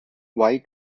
why